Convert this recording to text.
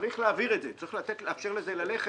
צריך להעביר את זה, צריך לאפשר לזה ללכת.